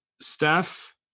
Steph